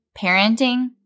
parenting